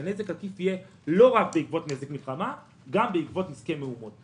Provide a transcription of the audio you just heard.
שנזק עקיף יהיה לא רק בעקבות נזק מלחמה אלא גם בעקבות נזקי מהומות,